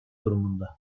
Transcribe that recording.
durumunda